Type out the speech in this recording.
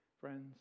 friends